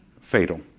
fatal